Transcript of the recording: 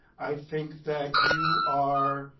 i think that you are,